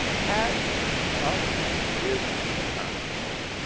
had to keep up with the times.